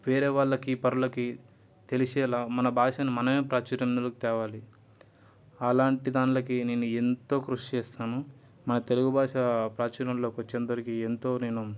వేరే వాళ్ళకి పరులకి తెలిసేలా మన భాషని మనం మనమే ప్రాచుర్యంలోకి తేవాలి అలాంటి దాంట్లకి నేను ఎంతో కృషి చేస్తాను మన తెలుగు భాష ప్రాచుర్యంలోకి వచ్చేంతవరకు ఎంతో నేను